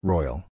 Royal